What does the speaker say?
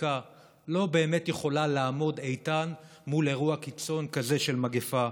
באי-ספיקה לא באמת יכולה לעמוד איתן מול אירוע קיצון כזה של מגפה.